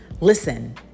Listen